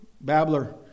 babbler